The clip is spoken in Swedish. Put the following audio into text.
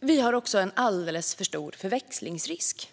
Vi har fortfarande också en alldeles för stor förväxlingsrisk.